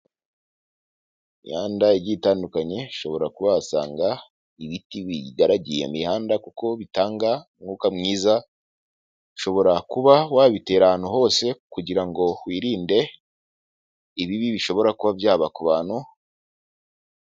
Imyanda yitandukanye ushobora kuba wahasanga ibiti wigaragiye iyo imihanda kuko bitanga umwuka mwiza ushobora kuba wabitera ahantu hose kugira ngo wirinde ibibi bishobora kuba byaba kubantu.